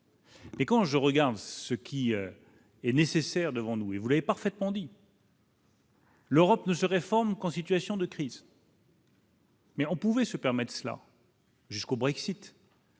Et quand je regarde ce qui est nécessaire, devant nous, il voulait parfaitement dit. L'Europe ne se réforme qu'en situation de crise. Mais on pouvait se permettent cela. Jusqu'au Brexit.